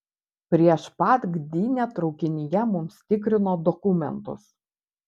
prieš pat gdynę traukinyje mums tikrino dokumentus